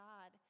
God